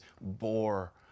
bore